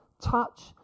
touch